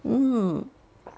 mm